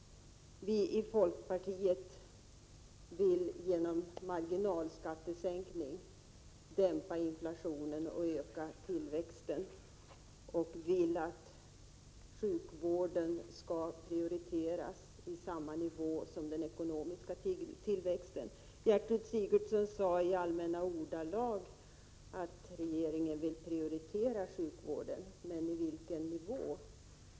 Vi i folkpartiet vill genom marginalskattesänkningar dämpa inflationstakten och öka tillväxten. Vi vill också att sjukvården skall prioriteras och förbättras i takt med den ekonomiska tillväxten. Gertrud Sigurdsen sade i allmänna ordalag att regeringen vill prioritera sjukvården. Men till vilken nivå?